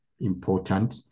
important